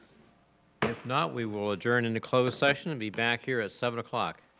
if not we will adjourn into closed session, and be back here at seven o'clock.